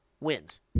wins